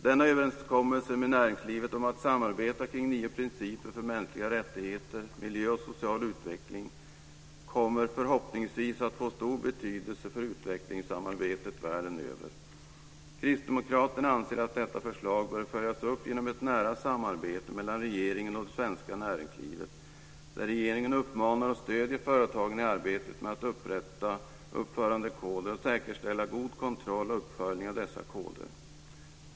Denna överenskommelse med näringslivet om att samarbeta kring nio principer för mänskliga rättigheter, miljö och social utveckling kommer förhoppningsvis att få stor betydelse för utvecklingssamarbetet världen över. Kristdemokraterna anser att detta förslag bör följas upp genom ett nära samarbete mellan regeringen och det svenska näringslivet, där regeringen uppmanar och stöder företagen i arbetet med att upprätta uppförandekoder och säkerställa god kontroll och uppföljning av dessa koder.